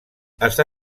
està